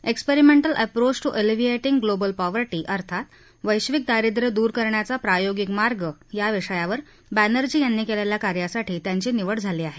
experimental approach to alleviating global poverty अर्थात वश्किक दारिद्र्य दूर करण्याचा प्रायोगिक मार्ग या विषयावर बॅनर्जी यांनी केलेल्या कार्यासाठी त्यांची निवड झाली आहे